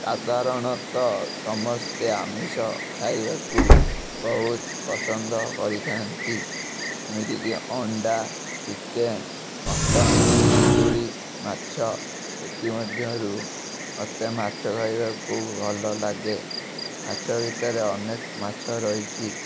ସାଧାରଣତଃ ସମସ୍ତେ ଆମିଷ ଖାଇବାକୁ ବହୁତ ପସନ୍ଦ କରିଥାନ୍ତି ଏମିତିକି ଅଣ୍ଡା ଚିକେନ ମଟନ ଚିଙ୍ଗୁଡ଼ି ମାଛ ଇତିମଧ୍ୟରୁ ମୋତେ ମାଛ ଖାଇବାକୁ ଭଲ ଲାଗେ ମାଛ ଭିତରେ ଅନେକ ମାଛ ରହିଛି